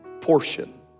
portion